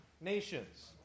nations